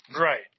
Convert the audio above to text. Right